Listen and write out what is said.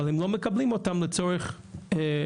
אבל הם לא מקבלים אותם לצורך נישואין.